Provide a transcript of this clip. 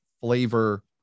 flavor